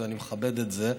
ואני מכבד את זה.